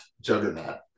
Juggernaut